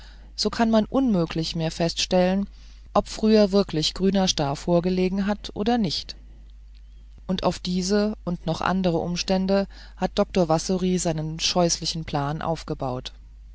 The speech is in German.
so kann man unmöglich mehr feststellen ob früher wirklich grüner star vorgelegen hat oder nicht und auf diese und noch andere umstände hatte dr wassory einen scheußlichen plan aufgebaut